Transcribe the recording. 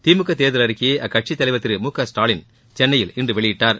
திமுக தேர்தல் அறிக்கையை அக்கட்சித் தலைவர் திரு மு க ஸ்டாலின் சென்னையில் இன்று வெளியிட்டார்